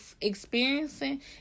experiencing